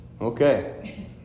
Okay